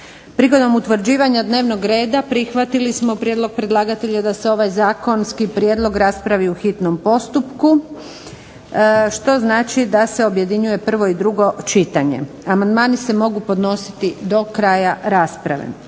Prigodom utvrđivanja dnevnog reda prihvatili smo prijedlog predlagatelja da se ovaj zakonski prijedlog raspravi u hitnom postupku što znači da se objedinjuje prvo i drugo čitanje. Amandmani se mogu podnositi do kraja rasprave.